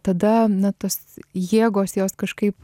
tada na tos jėgos jos kažkaip